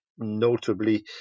notably